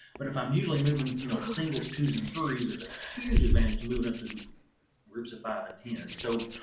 but if i'm usually moving you know singles, twos, and threes there's a huge advantage to moving up to two groups of five and ten. so,